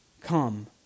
come